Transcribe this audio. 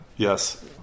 Yes